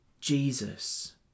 Jesus